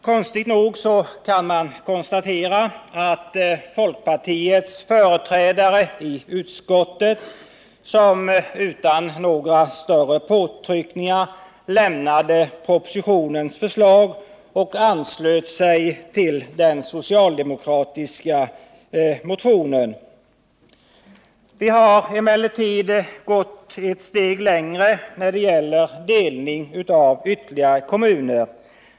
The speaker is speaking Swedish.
Konstigt nog kan man konstatera att folkpartiets företrädare i utskottet utan några större påtryckningar lämnade propositionens förslag och anslöt sig till den socialdemokratiska motionen. Vi har emellertid gått ett steg längre när det gäller delning av ytterligare kommuner.